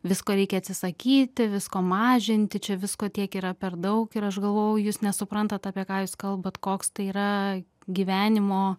visko reikia atsisakyti visko mažinti čia visko tiek yra per daug ir aš galvojau jūs nesuprantat apie ką jūs kalbat koks tai yra gyvenimo